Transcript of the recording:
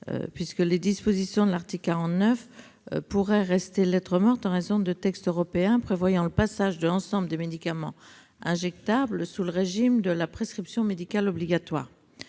effet, les dispositions de l'article 39 pourraient rester lettre morte en raison de textes européens prévoyant le passage de l'ensemble des médicaments injectables sous le régime de la prescription médicale obligatoire.